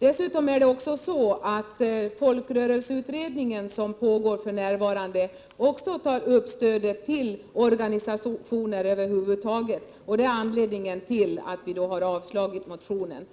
Dessutom tar den folkrörelseutredning som för närvarande pågår också upp stödet till organisationer över huvud taget. Detta är anledningen till att vi har avstyrkt motionen.